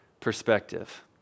perspective